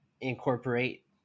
incorporate